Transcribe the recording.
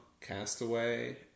Castaway